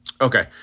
Okay